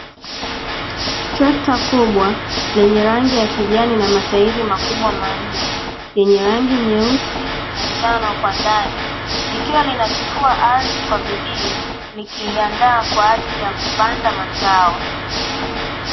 Trekta kubwa lenye rangi ya kijani na matairi makubwa manne yenye rangi nyeusi na njano kwa ndani, likiwa inatifua ardhi kwa bidii likiandaa kwa ajili ya kupanda mazao.